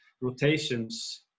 rotations